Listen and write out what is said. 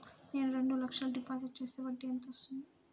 నేను రెండు లక్షల డిపాజిట్ చేస్తే వడ్డీ ఎంత వస్తుంది?